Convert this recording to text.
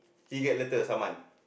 he letter summon